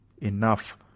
enough